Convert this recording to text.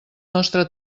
nostre